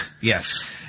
Yes